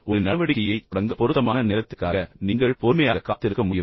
ஒரு நடவடிக்கையைத் தொடங்க பொருத்தமான நேரத்திற்காக நீங்கள் பொறுமையாக காத்திருக்க முடியுமா